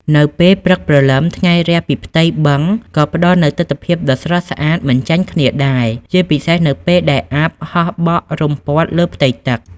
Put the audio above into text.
នៅពេលព្រឹកព្រលឹម ថ្ងៃរះពីផ្ទៃបឹងក៏ផ្ដល់នូវទិដ្ឋភាពដ៏ស្រស់ស្អាតមិនចាញ់គ្នាដែរ ជាពិសេសនៅពេលដែលអ័ព្ទហោះបក់រុំព័ទ្ធលើផ្ទៃទឹក។